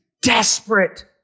desperate